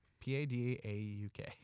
P-A-D-A-U-K